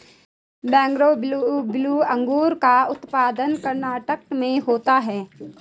Bengaluru blue अंगूर का उत्पादन कर्नाटक में होता है